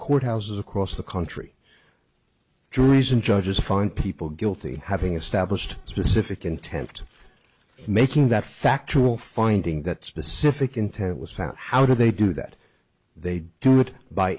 courthouses across the country treason judges find people guilty having established specific contempt making that factual finding that specific intent was found how do they do that they do it by